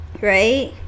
right